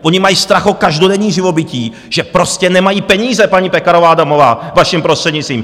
Oni mají strach o každodenní živobytí, že prostě nemají peníze, paní Pekarová Adamová, vaším prostřednictvím.